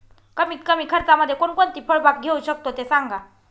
कमीत कमी खर्चामध्ये कोणकोणती फळबाग घेऊ शकतो ते सांगा